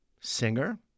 singer